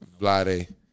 Vlade